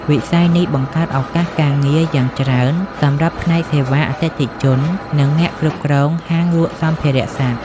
វិស័យនេះបង្កើតឱកាសការងារយ៉ាងច្រើនសម្រាប់ផ្នែកសេវាអតិថិជន និងអ្នកគ្រប់គ្រងហាងលក់សម្ភារៈសត្វ។